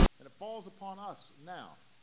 and it falls upon us now